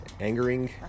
angering